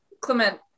Clement